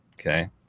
Okay